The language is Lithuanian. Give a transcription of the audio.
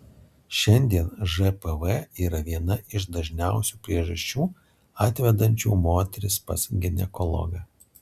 šiandien žpv yra viena iš dažniausių priežasčių atvedančių moteris pas ginekologą